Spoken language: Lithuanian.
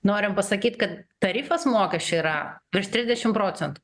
norim pasakyt kad tarifas mokesčių yra virš trisdešim procentų